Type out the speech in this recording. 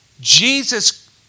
Jesus